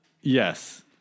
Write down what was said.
Yes